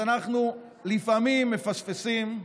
אנחנו לפעמים מפספסים,